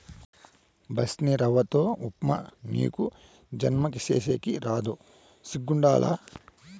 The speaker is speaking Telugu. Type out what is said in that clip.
బన్సీరవ్వతో ఉప్మా నీకీ జన్మకి సేసేకి రాదు సిగ్గుండాల